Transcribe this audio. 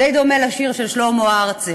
די דומה לשיר של שלמה ארצי,